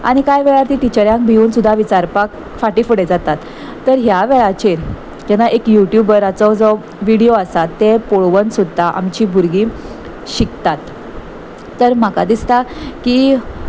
आनी कांय वेळार ती टिचऱ्यांक भिवन सुद्दां विचारपाक फाटी फुडें जातात तर ह्या वेळाचेर जेन्ना एक यूट्यूबराचो जो विडियो आसा तें पळोवन सुद्दां आमची भुरगीं शिकतात तर म्हाका दिसता की